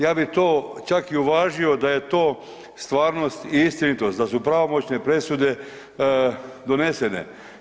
Ja bi to čak i uvažio da je to stvarnost i istinitost, da su pravomoćne presude donesene.